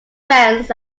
friends